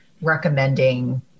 recommending